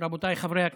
רבותיי חברי הכנסת,